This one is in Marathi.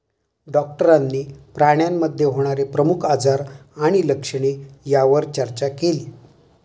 डॉक्टरांनी प्राण्यांमध्ये होणारे प्रमुख आजार आणि लक्षणे यावर चर्चा केली